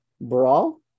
brawl